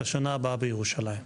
"לשנה הבאה בירושלים".